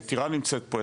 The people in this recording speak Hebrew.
טירה נמצאת פה,